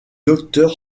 docteur